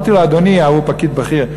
הוא פקיד בכיר.